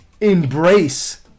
embrace